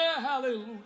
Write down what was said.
hallelujah